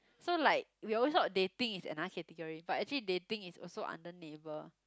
so like we always thought dating is another category but actually dating is also under neighbour